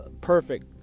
perfect